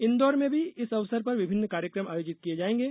इंदौर में भी इस अवसर पर विभिन्न कार्यक्रम आयोजित किये जायेंगे